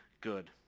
good